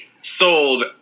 sold